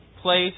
Place